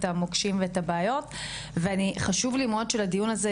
המוקשים ואת הבעיות ואני חשוב לי מאוד שלדיון הזה,